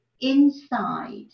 inside